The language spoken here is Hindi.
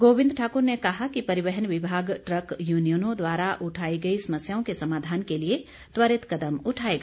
गोविंद ठाकुर ने कहा कि परिवहन विभाग ट्रक यूनियनों द्वारा उठाई गई समस्याओं के समाधान के लिए त्वरित कदम उठाएगा